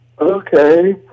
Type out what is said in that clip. okay